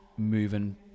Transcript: moving